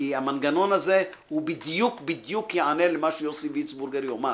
כי המנגנון הזה בדיוק בדיוק יענה למה שיוסי וירצבורגר יאמר.